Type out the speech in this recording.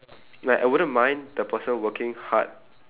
like I wouldn't mind the person working hard